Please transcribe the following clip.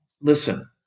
listen